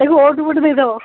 ତାକୁ ଗୋଟେ ଦେଇଦେବ